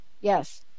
Yes